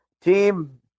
team